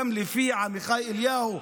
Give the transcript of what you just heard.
גם לפי עמיחי אליהו,